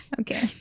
Okay